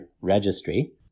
registry